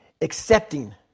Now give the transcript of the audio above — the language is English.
accepting